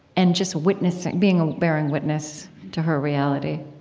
and just witnessing being bearing witness to her reality,